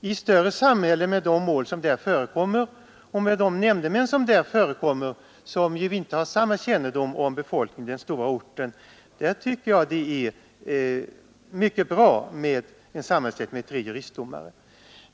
I större samhällen är en sammansättning med tre juristdomare mycket bra, med hänsyn till de mål som där förekommer och de nämndemän som där finns — dessa har inte samma kännedom om befolkningen i den stora orten som nämndemän i mindre orter har.